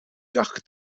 gach